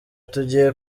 tugiye